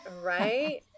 Right